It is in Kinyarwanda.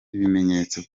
ibimenyetso